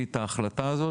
להחליט את ההחלטה הזאת.